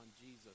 Jesus